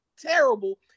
terrible